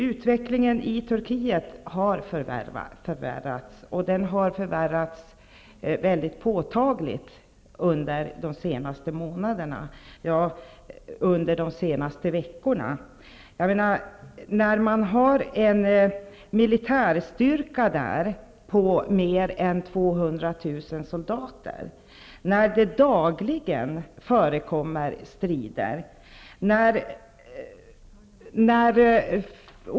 Utvecklingen i Turkiet har förvärrats mycket påtagligt under de senast månaderna -- ja, under de senaste veckorna. Man har där en militär styrka på mer än 200 000 soldater. Det förekommer dagligen strider.